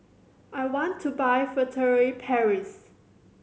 I want to buy Furtere Paris